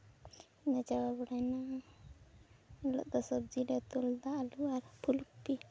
ᱮᱱ ᱦᱤᱞᱳᱜ ᱫᱚ ᱥᱚᱵᱡᱤ ᱞᱮ ᱩᱛᱩ ᱞᱮᱫᱟ ᱟᱹᱞᱩ ᱟᱨ ᱯᱷᱩᱞᱠᱩᱯᱤ